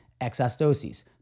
exostoses